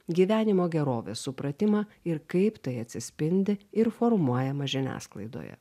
gyvenimo gerovės supratimą ir kaip tai atsispindi ir formuojama žiniasklaidoje